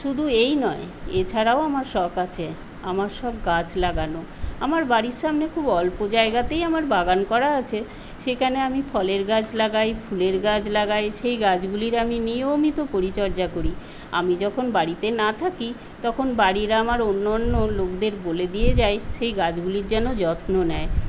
শুধু এই নয় এছাড়াও আমার শখ আছে আমার শখ গাছ লাগানো আমার বাড়ির সামনে খুব অল্প জায়গাতেই আমার বাগান করা আছে সেখানে আমি ফলের গাছ লাগাই ফুলের গাছ লাগাই সেই গাছগুলির আমি নিয়মিত পরিচর্যা করি আমি যখন বাড়িতে না থাকি তখন বাড়ির আমার অন্য অন্য লোকদের আমি বলে দিয়ে যাই সেই গাছগুলির যেন যত্ন নেয়